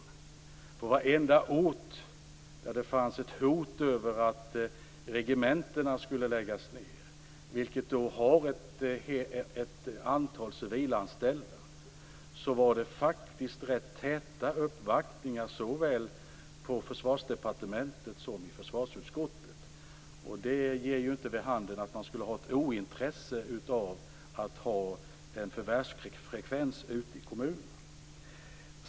Från varenda ort där det har funnits ett hot mot att regementen skall läggas ned - med ett antal civilanställda - har det varit täta uppvaktningar på såväl Försvarsdepartementet som i försvarsutskottet. Det ger inte vid handen att det skulle finnas ett ointresse av att ha en förvärvsfrekvens i kommunerna.